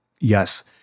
yes